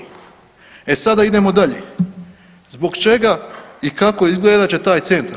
E sada idemo dalje, zbog čega i kako izgledat će taj centar?